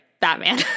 Batman